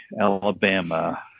Alabama